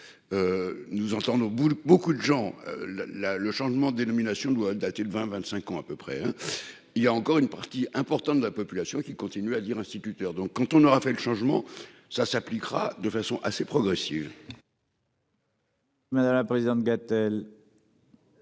Nous entend boules beaucoup de gens. Là le changement des nominations doit dater de 20 25 ans à peu près hein. Il y a encore une partie importante de la population qui continue à lire, instituteur. Donc quand on aura fait le changement ça s'appliquera de façon assez progressive. Madame la présidente Gatel.